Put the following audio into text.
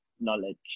knowledge